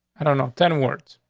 i don't know. ten words.